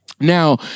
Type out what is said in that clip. Now